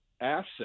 asset